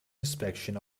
inspection